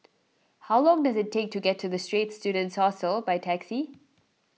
how long does it take to get to the Straits Students Hostel by taxi